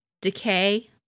decay